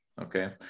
okay